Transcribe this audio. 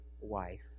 wife